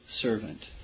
servant